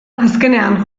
azkenean